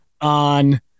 on